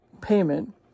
payment